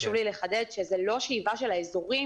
חשוב לי לחדד שזה לא שאיבה של האזורים